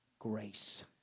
Grace